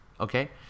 okay